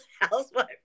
housewife